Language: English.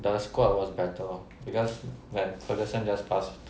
the squad was better because ferguson just pass to him